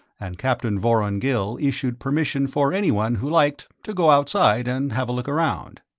and captain vorongil issued permission for anyone who liked, to go outside and have a look around.